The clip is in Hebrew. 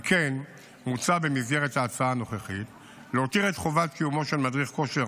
על כן מוצע במסגרת ההצעה הנוכחית להותיר את חובת קיומו של מדריך כושר